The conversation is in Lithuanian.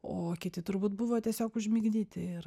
o kiti turbūt buvo tiesiog užmigdyti ir